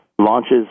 launches